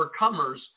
overcomers